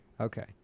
Okay